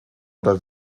oder